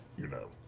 you know.